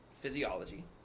physiology